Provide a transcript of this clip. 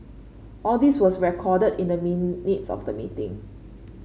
all these was recorded in the minutes of the meeting